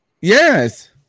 Yes